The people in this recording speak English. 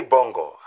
Bongo